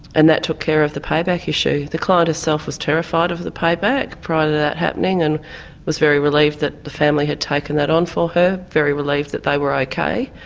and that took care of the payback issue. the client herself was terrified of the payback, prior to that happening, and was very relieved that the family had taken that on for her, very relieved that they were ok.